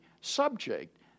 subject